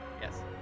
yes